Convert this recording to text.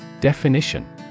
Definition